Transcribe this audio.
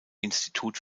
institut